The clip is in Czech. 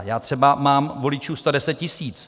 Já třeba mám voličů 110 tisíc.